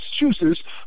Massachusetts